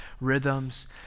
rhythms